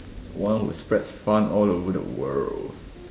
one who spreads fun all over the world